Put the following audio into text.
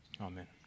amen